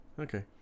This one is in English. Okay